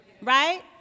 right